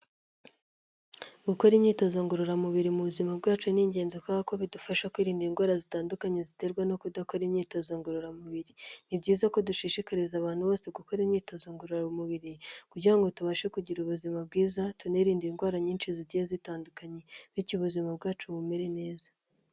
Gukora imyitozo ngororamubiri mu buzima bwacu ni ingenzi kandi kuko bidufasha kwirinda indwara zitandukanye ziterwa no kudakora imyitozo ngororamubiri, ni byiza ko dushishikariza abantu bose gukora imyitozo ngororamubiri, kugira ngo tubashe kugira ubuzima bwiza tunarinde indwara nyinshi zigiye zitandukanye, bityo ubuzima bwacu bumere neza.